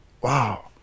Wow